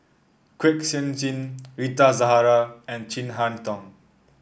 Kwek Siew Jin Rita Zahara and Chin Harn Tong